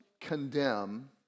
condemn